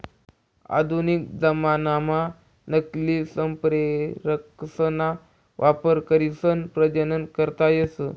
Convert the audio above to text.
आधुनिक जमानाम्हा नकली संप्रेरकसना वापर करीसन प्रजनन करता येस